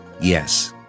Yes